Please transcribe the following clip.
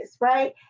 right